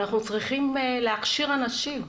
אנחנו צריכים להכשיר אנשים.